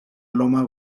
loma